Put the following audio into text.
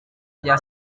rya